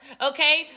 okay